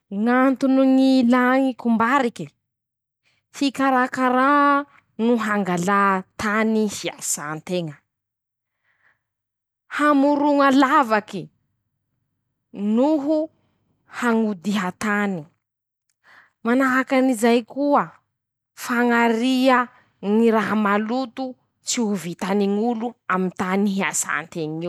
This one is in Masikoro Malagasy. Ñ'antony ñ'ilà ñy kombariky: -Hikarakaraa no hangalà tany hiasà nteña. -Hamoroña lavaky, noho hañodiha tany. -Manahakan'izay koa fañaria, ñy raha maloto tsy ho vitany ñ'olo aminy ñy tany hiasanteñ'eo.